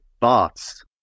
thoughts